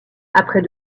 après